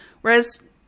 whereas